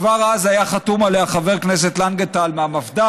כבר אז היו חתומים עליה חבר הכנסת לנגנטל מהמפד"ל,